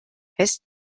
fest